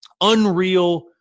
unreal